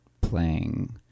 playing